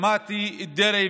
שמעתי את דרעי,